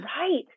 Right